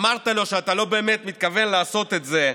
אמרת לו שאתה לא באמת מתכוון לעשות את זה,